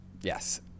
yes